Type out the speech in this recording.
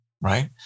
Right